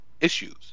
issues